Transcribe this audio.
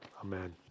Amen